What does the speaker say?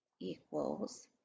equals